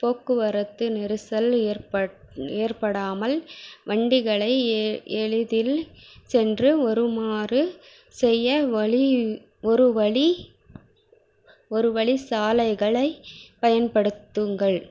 போக்குவரத்து நெரிசல் ஏற்படாமல் வண்டிகளை எளிதில் சென்று வருமாறு செய்ய வழி ஒருவழி ஒருவழி சாலைகளைப் பயன்படுத்துங்கள்